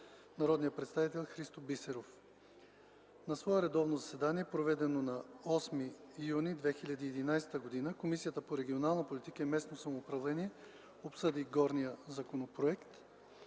-01-52, внесен от Христо Бисеров На свое редовно заседание, проведено на 8 юни 2011 г., Комисията по регионална политика и местно самоуправление обсъди горния законопроект.